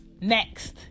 next